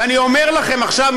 ואני אומר לכם עכשיו,